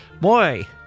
Boy